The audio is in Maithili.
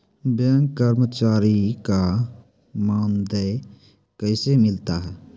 बैंक कर्मचारी का मानदेय कैसे मिलता हैं?